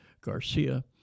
Garcia